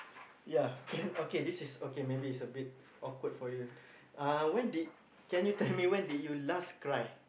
ya can okay this is okay maybe is a bit awkward for you uh when did can you tell me when did you last cry